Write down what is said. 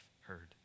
heard